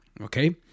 Okay